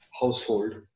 household